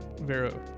Vero